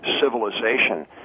civilization